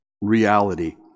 reality